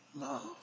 love